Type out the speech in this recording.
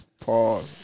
Pause